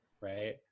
right